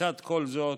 לצד כל זאת,